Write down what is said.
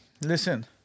Listen